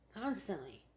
Constantly